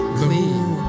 clean